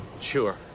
Sure